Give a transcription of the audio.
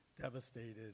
devastated